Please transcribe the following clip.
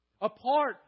Apart